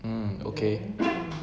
um okay